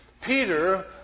Peter